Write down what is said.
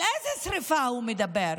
על איזו שרפה הוא מדבר?